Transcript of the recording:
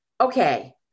Okay